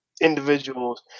individuals